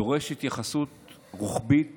דורש התייחסות רוחבית